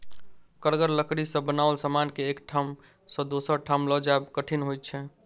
कड़गर लकड़ी सॅ बनाओल समान के एक ठाम सॅ दोसर ठाम ल जायब कठिन होइत छै